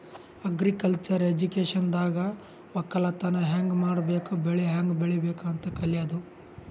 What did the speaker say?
agriculture ಎಜುಕೇಶನ್ದಾಗ್ ವಕ್ಕಲತನ್ ಹ್ಯಾಂಗ್ ಮಾಡ್ಬೇಕ್ ಬೆಳಿ ಹ್ಯಾಂಗ್ ಬೆಳಿಬೇಕ್ ಅಂತ್ ಕಲ್ಯಾದು